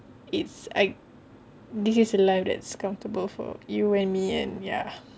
it's like this is a life that's comfortable for you and me and ya